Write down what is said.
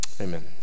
amen